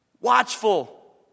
watchful